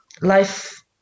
life